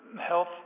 health